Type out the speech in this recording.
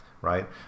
right